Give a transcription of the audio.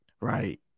Right